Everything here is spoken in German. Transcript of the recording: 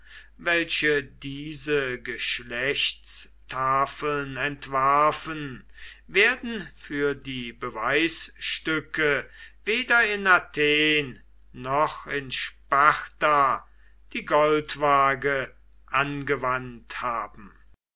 welche diese geschlechtstafeln entwarfen werden für die beweisstücke weder in athen noch in sparta die goldwaage angewandt haben